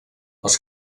els